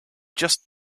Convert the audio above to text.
just